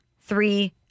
Three